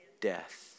Death